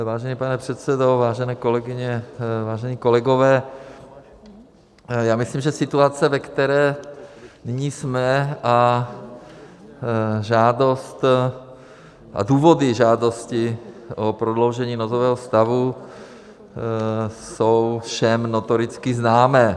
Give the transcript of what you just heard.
Vážený pane předsedo, vážené kolegyně, vážení kolegové, myslím, že situace, ve které nyní jsme, a žádost a důvody žádosti o prodloužení nouzového stavu jsou všem notoricky známé.